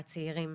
והצעירים,